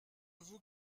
vous